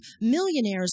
millionaires